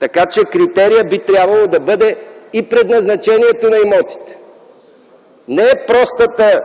Така че, критерият би трябвало да бъде и предназначението на имотите. Не простата